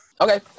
Okay